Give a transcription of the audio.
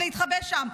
ולהתחבא שם.